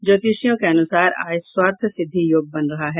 ज्योतिषियों के अनुसार आज सर्वाथ सिद्धि योग बन रहा है